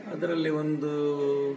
ಅದರಲ್ಲಿ ಒಂದೂ